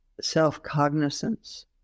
self-cognizance